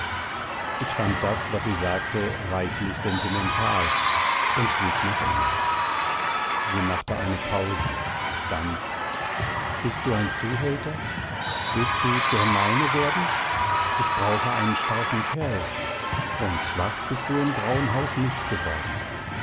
ich fand das was sie sagte reichlich sentimental und schwieg noch immer sie machte eine pause dann bist du ein zuhälter willst du der meine werden ich brauche einen starken kerl und schwach bist du im grauen haus nicht geworden